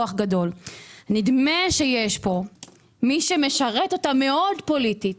נדמה שיש פה מי שמשרת אותם מאוד פוליטית